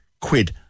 quid